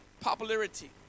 popularity